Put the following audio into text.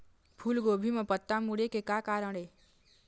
फूलगोभी म पत्ता मुड़े के का कारण ये?